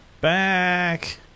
back